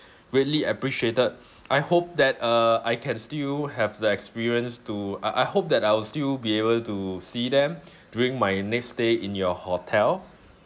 greatly appreciated I hope that uh I can still have the experience to I I hope that I will still be able to see them during my next stay in your hotel